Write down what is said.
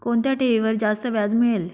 कोणत्या ठेवीवर जास्त व्याज मिळेल?